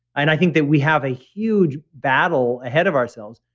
i think that we have a huge battle ahead of ourselves,